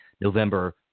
November